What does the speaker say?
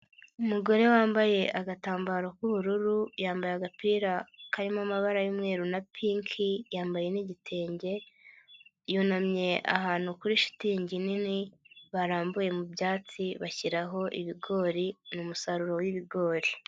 Umugore wambaye agatambaro k'ubururu, yambaye agapira karimo amabara y'umweru na pinki yambaye n'igitenge yunamye ahantu kuri shitingi nini barambuye mu byatsi bashyiraho ibigori, ni umusaruro w'ibigori.